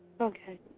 Okay